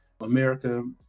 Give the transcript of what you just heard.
America